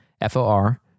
F-O-R